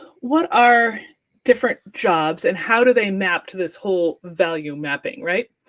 what are different jobs, and how do they map to this whole value-mapping, right?